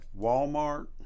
Walmart